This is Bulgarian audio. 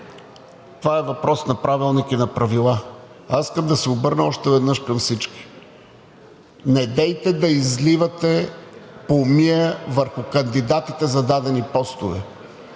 Това е въпрос на правилник и на правила. Аз искам да се обърна още веднъж към всички. Недейте да изливате помия върху кандидатите за дадени постове.